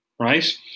right